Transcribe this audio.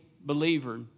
believer